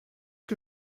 que